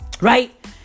right